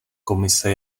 komise